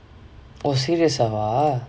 oh serious lah ah